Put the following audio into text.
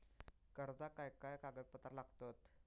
कर्जाक काय काय कागदपत्रा लागतत?